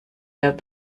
der